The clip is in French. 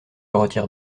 retire